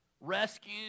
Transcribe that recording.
rescue